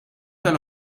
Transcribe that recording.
tal